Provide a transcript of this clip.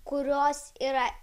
kurios yra